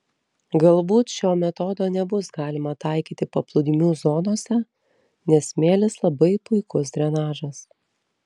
galbūt šio metodo nebus galima taikyti paplūdimių zonose nes smėlis labai puikus drenažas